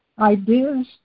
Ideas